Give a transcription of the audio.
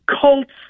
cults